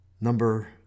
Number